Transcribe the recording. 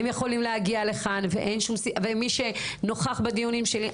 הם יכולים להגיע לכאן ומי שנוכח בדיונים שלי,